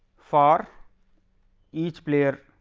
for each player.